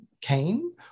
came